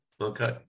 Okay